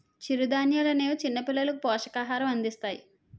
చిరుధాన్యాలనేవి చిన్నపిల్లలకు పోషకాహారం అందిస్తాయి